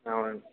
అవునండి